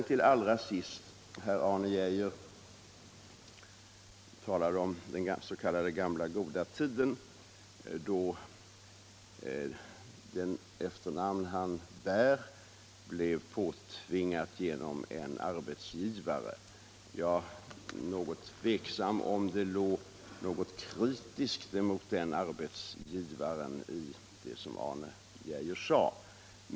Till allra sist: Arne Geijer talade om den s.k. gamla goda tiden, då det efternamn han bär blev påtvingat genom en arbetsgivare. Jag är tveksam om det låg någon kritik emot den arbetsgivaren i det som Arne Geijer sade.